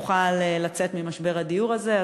נוכל לצאת ממשבר הדיור הזה.